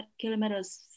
kilometers